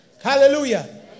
Hallelujah